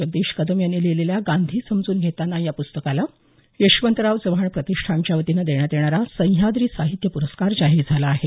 जगदीश कदम यांनी लिहिलेल्या गांधी समजून घेताना या पुस्तकाला यशवंतराव चव्हाण प्रतिष्ठानच्या वतीनं देण्यात येणारा सह्याद्री साहित्य प्रस्कार जाहीर झाला आहे